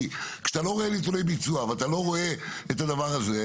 כי כשאתה לא רואה --- ביצוע ואתה לא רואה את הדבר הזה.